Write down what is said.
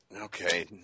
Okay